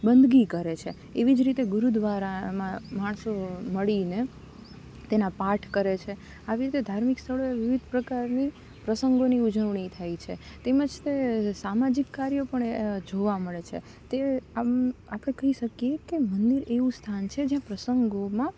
બંદગી કરે છે એવી જ રીતે ગુરુદ્વારામાં માણસો મળીને તેના પાઠ કરે છે આવી રીતે ધાર્મિક સ્થળોએ વિવિધ પ્રકારના પ્રસંગોની ઉજવણી થાય છે તેમજ તે સામાજિક કાર્યો પણ જોવા મળે છે તે આમ આપણે કહી શકીએ કે મંદિર એવું સ્થાન છે જ્યાં પ્રસંગોમાં